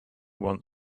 want